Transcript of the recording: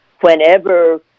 whenever